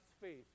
faith